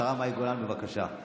השרה מאי גולן, בבקשה.